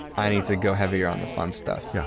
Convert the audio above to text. i need to go heavier on the fun stuff. yeah